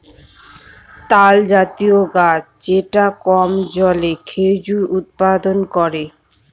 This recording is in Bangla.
তালজাতীয় গাছ যেটা কম জলে খেজুর উৎপাদন করে